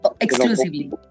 Exclusively